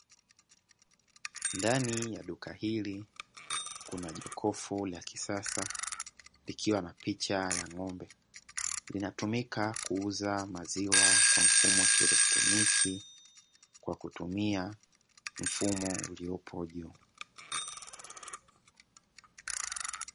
Ndani ya duka hili kuna jokofu la kisasa likiwa na picha ya ng'ombe, linatumika kuuza maziwa kwa mfumo wa kieletroniki kwa kutumia mfumo uliopo juu.